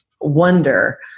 wonder